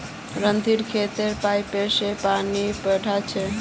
रणधीर खेतत पाईप स पानी पैटा छ